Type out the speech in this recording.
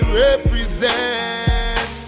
represent